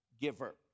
giver